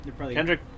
Kendrick